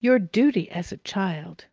your duty as a child